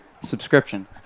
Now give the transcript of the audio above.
subscription